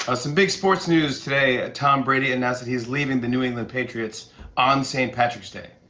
ah some big sports news today. ah tom brady announced that he is leaving the new england patriots on st. patrick's day.